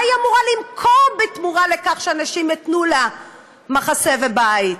מה היא אמורה למכור בתמורה לכך שאנשים ייתנו לה מחסה ובית?